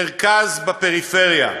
מרכז בפריפריה.